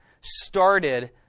started